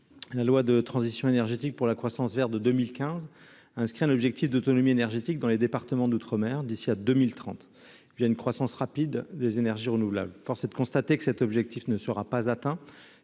la loi de transition énergétique pour la croissance verte de 2015 inscrit un objectif d'autonomie énergétique dans les départements d'outre-mer, d'ici à 2030, j'ai une croissance rapide des énergies renouvelables, force est de constater que cet objectif ne sera pas atteint